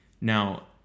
Now